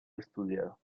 estudiado